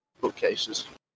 bookcases